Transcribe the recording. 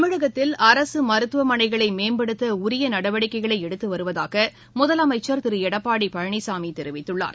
தமிழகத்தில் அரசுமருத்துவமனைகளைமேம்படுத்தஉரியநடவடிக்கைகளைஎடுத்துவருவதாகமுதலமைச்சர் திருளடப்பாடிபழனிசாமிதெரிவித்துள்ளார்